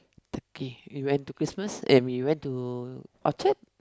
turkey we went to Christmas and we went to Orchard